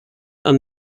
and